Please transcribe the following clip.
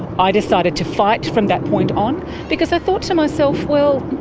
i decided to fight from that point on because i thought to myself, well,